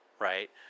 Right